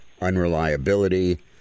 unreliability